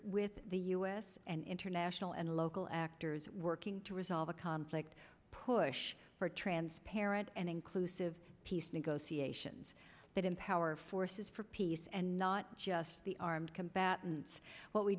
with the u s and international and local actors working to resolve a conflict push for transparent and inclusive peace negotiations that empower forces for peace and not just the armed combatants what we